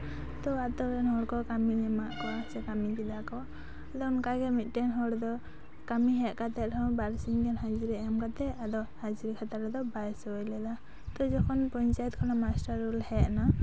ᱛᱚ ᱟᱛᱳ ᱨᱮᱱ ᱦᱚᱲ ᱠᱚ ᱠᱟᱹᱢᱤᱧ ᱮᱢᱟᱫ ᱠᱚᱣᱟ ᱥᱮ ᱠᱟᱹᱢᱤ ᱠᱮᱫᱟ ᱠᱚ ᱟᱫᱚ ᱚᱱᱠᱟ ᱜᱮ ᱢᱤᱫᱴᱮᱱ ᱦᱚᱲ ᱫᱚ ᱠᱟᱹᱢᱤ ᱦᱮᱡ ᱠᱟᱛᱮᱫ ᱦᱚᱸ ᱵᱟᱹᱨᱥᱤᱧ ᱜᱟᱱ ᱦᱟᱡᱨᱤ ᱮᱢ ᱠᱟᱛᱮ ᱟᱫᱚ ᱦᱟᱡᱨᱤ ᱠᱷᱟᱛᱟ ᱨᱮᱫᱚ ᱵᱟᱭ ᱥᱳᱭ ᱞᱮᱫᱟ ᱟᱛᱚ ᱡᱚᱠᱷᱚᱱ ᱯᱚᱧᱪᱟᱭᱮᱛ ᱠᱷᱚᱱᱟᱜ ᱢᱟᱥᱴᱟᱨ ᱨᱳᱞ ᱦᱮᱡ ᱮᱱᱟ